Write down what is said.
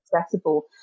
accessible